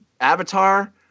avatar